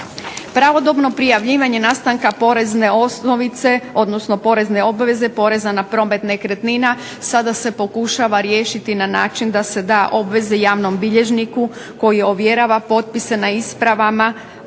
Pravodobno prijavljivanje nastanka porezne osnovice, odnosno porezne obveze poreza na promet nekretnina sada se pokušava riješiti na način da se da obveze javnom bilježniku koji ovjerava potpise na ispravama